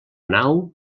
nau